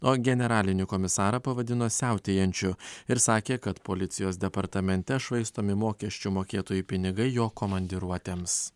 o generalinį komisarą pavadino siautėjančiu ir sakė kad policijos departamente švaistomi mokesčių mokėtojų pinigai jo komandiruotėms